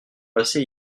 passé